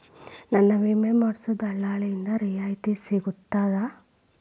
ನನ್ನ ವಿಮಾ ಮಾಡಿಸೊ ದಲ್ಲಾಳಿಂದ ರಿಯಾಯಿತಿ ಸಿಗ್ತದಾ?